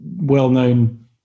well-known